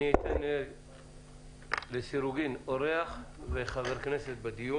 אני אתן את רשות הדיבור לאורח ולחבר כנסת לסירוגין.